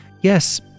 Yes